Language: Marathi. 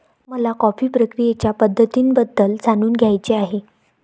मला कॉफी प्रक्रियेच्या पद्धतींबद्दल जाणून घ्यायचे आहे